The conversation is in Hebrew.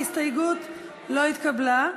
ההסתייגות לא התקבלה.